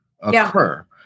occur